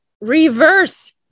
reverse